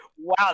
wow